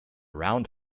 round